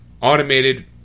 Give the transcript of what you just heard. Automated